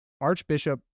Archbishop